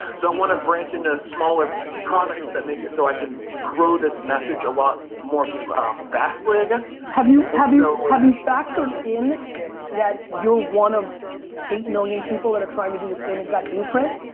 so i want to branch into smaller products that make it so i can grow this message a lot more vastly, i guess. have you and ah have you factored in that you're one of eight million people that are trying to do the same exact blueprint?